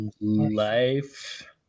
life